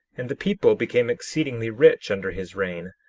and the people became exceedingly rich under his reign,